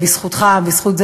בזכותך, בזכות זה